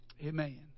Amen